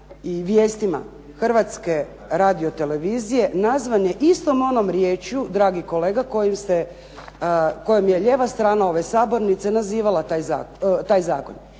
i vijestima Hrvatske radio-televizije nazvan je istom onom riječju dragi kolega kojom je lijeva strana ove Sabornice nazivala taj zakon.